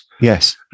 yes